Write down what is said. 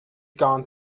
gone